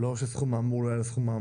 ולא "על הסכום האמור לא יעלה על הסכום".